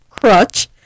crutch